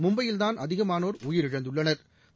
மும்பையில் தான் அதிகமானோா் உயிரிழந்துள்ளனா்